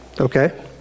Okay